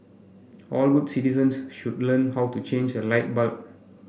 all good citizens should learn how to change a light bulb